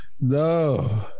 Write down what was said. No